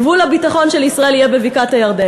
גבול הביטחון של ישראל יהיה בבקעת-הירדן";